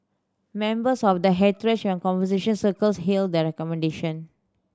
members of the heritage and conservation circles hailed the recommendation